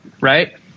right